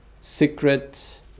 secret